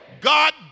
God